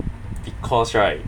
because right